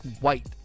White